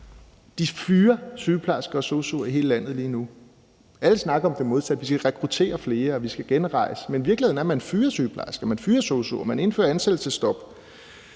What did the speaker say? De fyrer sygeplejersker og sosu'er i hele landet lige nu. Alle snakker om det modsatte: Vi skal rekruttere flere, og vi skal lave en genrejsning. Men virkeligheden er, at man fyrer sygeplejersker, man fyrer sosu'er, og man indfører ansættelsesstop.